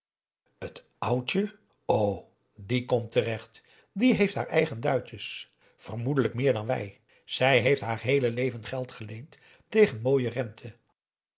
het oudje o die komt terecht die heeft haar eigen duitjes vermoedelijk meer dan wij zij heeft haar heele leven geld geleend tegen mooie rente